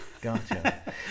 gotcha